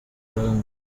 ibanga